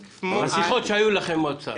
בשיחות שהיו לכם עם האוצר.